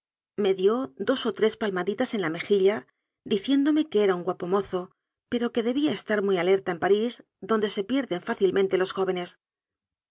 me dió dos o tres palmaditas en la mejilla diciéndome que era un guapo mozo pero que debía es tar muy alerta en parís donde se pierden fácil mente los jóvenes